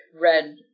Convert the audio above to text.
red